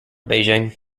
beijing